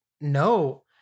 no